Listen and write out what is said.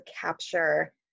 capture